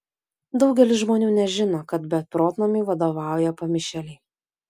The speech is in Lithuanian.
daugelis žmonių nežino kad beprotnamiui vadovauja pamišėliai